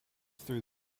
through